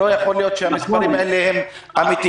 לא יכול להיות שהמספרים האלה אמתיים.